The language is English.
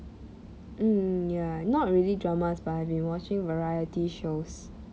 mm ya not really dramas but I have been watching variety shows